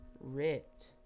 Rit